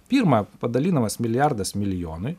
pirma padalinamas milijardas milijonui